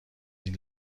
این